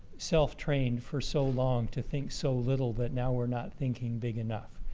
self-trained for so long to think so little that now we're not thinking big enough?